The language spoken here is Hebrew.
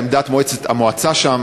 עמדת המועצה שם